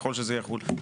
ככל שזה יחול.